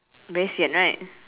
very sian right